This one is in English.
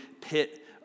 pit